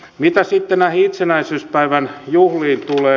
mitä sitten näihin itsenäisyyspäivän juhliin tulee